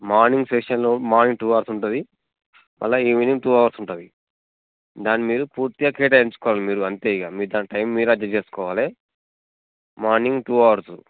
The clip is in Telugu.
మార్నింగ్ సెషన్లో మార్నింగ్ టూ అవర్స్ ఉంటుంది మరల ఈవినింగ్ టూ అవర్స్ ఉంటుంది దాన్ని మీరు పూర్తిగా కేటాయించుకోవాలి మీరు అంతే ఇక మీరు దాని టైం మీరు అడ్జస్ట్ చేసుకోవాలి మార్నింగ్ టూ అవర్స్